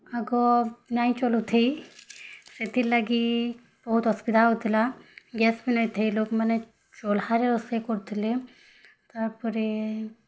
ଆଗ ନାଇଁ ଚଲୁଥି ସେଥିଲାଗି ବହୁତ ଅସୁବିଧା ହଉ ଥିଲା ଗ୍ୟାସ୍ ନେଇଥେ ଲୋକମାନେ ଚୁହ୍ଲାରେ ରୋଷଇ କରୁଥିଲେ ତା'ପରେ